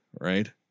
right